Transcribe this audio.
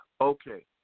okay